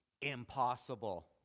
impossible